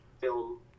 film